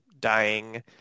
dying